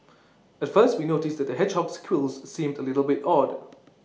at first we noticed that the hedgehog's quills seemed A little bit odd